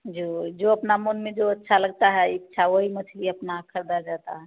जो जो अपना मन में जो अच्छा लगता है इच्छा वही मछली अपना ख़रीदते जाते हैं